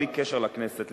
בלי קשר לכנסת,